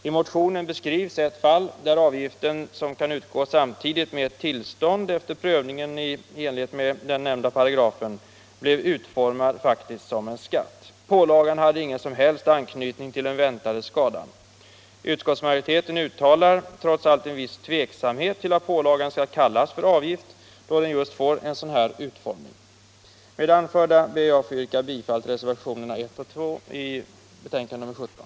I motionen beskrivs ett fall där avgiften, som kan utgå samtidigt med ett tillstånd efter prövning i enlighet med den nämnda paragrafen, blev utformad som en skatt. Pålagan hade ingen som helst anknytning till den väntade skadan. Utskottsmajoriteten uttalar dock en viss tveksamhet inför att pålagan skall kallas för avgift, då den får en sådan här utformning. Med det anförda ber jag att få yrka bifall till reservationerna 1 och 2 i betänkandet nr 17.